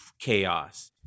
chaos